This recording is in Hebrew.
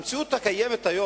המציאות היום,